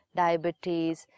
diabetes